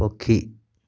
ପକ୍ଷୀ